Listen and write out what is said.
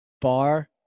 bar